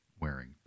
wearing